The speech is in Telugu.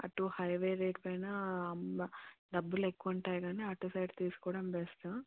అటు హైవే రేట్ పైన డబ్బులు ఎక్కువ ఉంటాయి కానీ అటు సైడ్ తీసుకోవడం బెస్టు